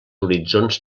horitzons